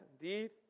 indeed